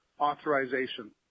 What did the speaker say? authorization